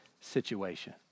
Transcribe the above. situation